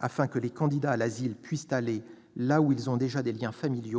afin que les candidats à l'asile puissent aller là où ils ont déjà de la famille,